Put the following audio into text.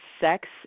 sex